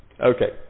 Okay